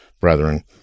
brethren